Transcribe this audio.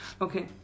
Okay